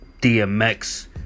DMX